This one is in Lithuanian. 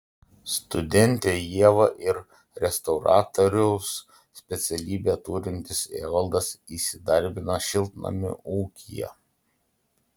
studentė ieva ir restauratoriaus specialybę turintis evaldas įsidarbino šiltnamių ūkyje